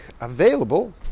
available